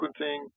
sequencing